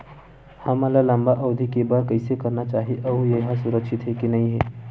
हमन ला लंबा अवधि के बर कइसे करना चाही अउ ये हा सुरक्षित हे के नई हे?